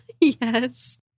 yes